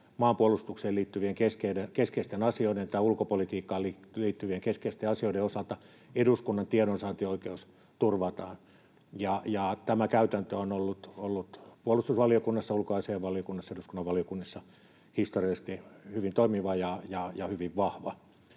maanpuolustukseen liittyvien keskeisten asioiden tai ulkopolitiikkaan liittyvien keskeisten asioiden osalta eduskunnan tiedonsaantioikeus turvataan, ja tämä käytäntö on ollut puolustusvaliokunnassa ja ulkoasiainvaliokunnassa, eduskunnan valiokunnissa, historiallisesti hyvin toimiva ja hyvin vahva.